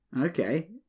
Okay